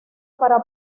para